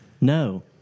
No